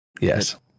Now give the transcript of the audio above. Yes